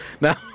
now